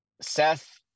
Seth